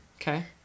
okay